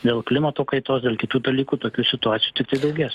dėl klimato kaitos dėl kitų dalykų tokių situacijų tiktai daugės